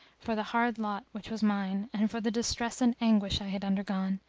for the hard lot which was mine, and for the distress and anguish i had undergone,